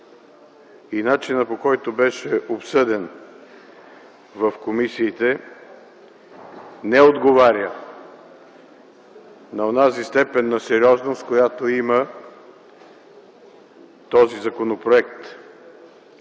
и начинът, по който беше обсъден в комисиите, не отговарят на онази степен на сериозност, която има този законопроект.